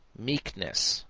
meekness,